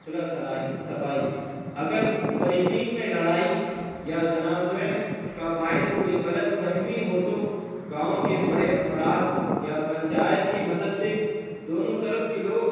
صلح سلاہی صفائی اگر فریقین میں لڑائی یا تنازع کا باعث کوئی غلط فہمی ہو تو گاؤں کے بڑے افراد یا پنچایت کی مدد سے دونوں طرف کے لوگ